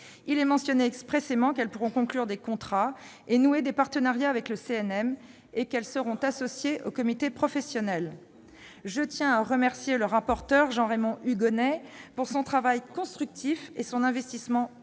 il est mentionné expressément qu'elles pourront conclure des contrats et nouer des partenariats avec le CNM et qu'elles seront associées au comité professionnel. Je tiens à remercier le rapporteur Jean-Raymond Hugonet de son travail constructif et de son investissement personnel